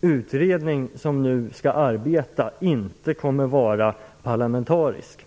utredning som nu skall arbeta inte kommer att vara parlamentarisk.